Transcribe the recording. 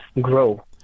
grow